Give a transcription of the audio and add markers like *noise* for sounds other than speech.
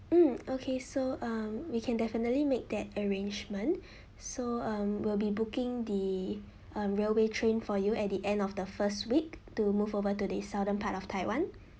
mm okay so um we can definitely make that arrangement *breath* so um we'll be booking the um railway train for you at the end of the first week to move over to the southern part of taiwan